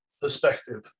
perspective